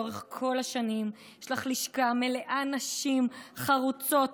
לאורך כל השנים יש לך לשכה מלאה נשים חרוצות,